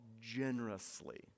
generously